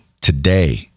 today